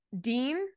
dean